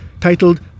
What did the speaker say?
titled